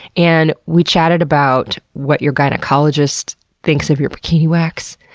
and we chatted about what your gynecologist thinks of your bikini wax,